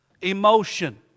Emotion